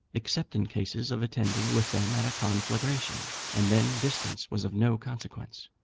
except in cases of attending with them at a conflagration, and then distance was of no consequence.